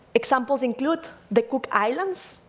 examples include the cook islands,